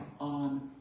on